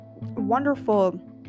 wonderful